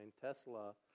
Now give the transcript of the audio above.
Tesla